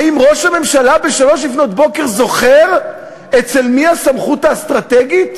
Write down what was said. האם ראש הממשלה ב-03:00 זוכר אצל מי הסמכות האסטרטגית,